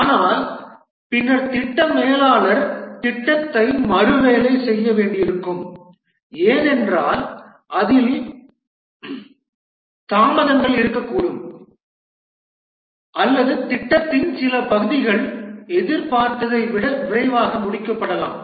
ஆனால் பின்னர் திட்ட மேலாளர் திட்டத்தை மறுவேலை செய்ய வேண்டியிருக்கும் ஏனென்றால் அதில் தாமதங்கள் இருக்க கூடும் அல்லது திட்டத்தின் சில பகுதிகள் எதிர்பார்த்ததை விட விரைவாக முடிக்கப்படலாம்